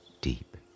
deep